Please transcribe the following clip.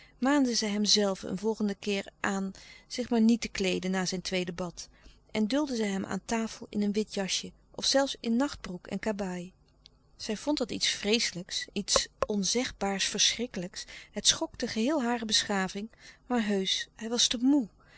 kracht hem zelve een volgenden keer aan zich maar niet te kleeden na zijn tweede bad en duldde zij hem aan tafel in een wit jasje of zelfs in nachtbroek en kabaai zij vond dat iets vreeslijks iets onzegbaars verschrikkelijks het schokte geheel hare beschaving maar heusch hij was te moê